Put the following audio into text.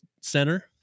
center